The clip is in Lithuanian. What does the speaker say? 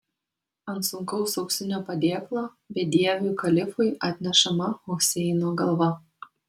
ant sunkaus auksinio padėklo bedieviui kalifui atnešama huseino galva